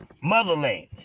Motherland